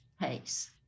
pace